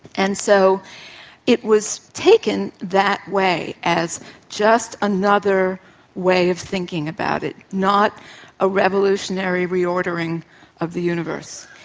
and so it was taken that way, as just another way of thinking about it, not a revolutionary re-ordering of the universe.